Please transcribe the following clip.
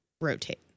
rotate